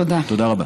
תודה רבה.